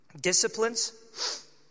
disciplines